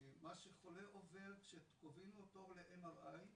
מה שחולה עובר כשקובעים לו תור ל- MRI,